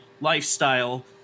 lifestyle